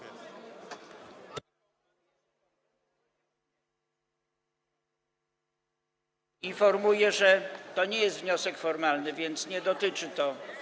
Informuję, że to nie jest wniosek formalny, więc nie dotyczy to.